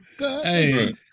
Hey